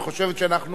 וחושבת שאנחנו